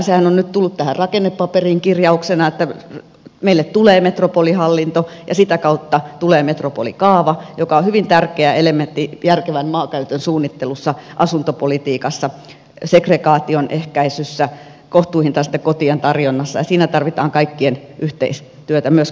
sehän on nyt tullut tähän rakennepaperiin kirjauksena että meille tulee metropolihallinto ja sitä kautta tulee metropolikaava joka on hyvin tärkeä elementti järkevän maankäytön suunnittelussa asuntopolitiikassa segregaation ehkäisyssä kohtuuhintaisten kotien tarjonnassa ja siinä tarvitaan kaikkien yhteistyötä myös kuntatasolla